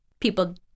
people